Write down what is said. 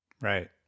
right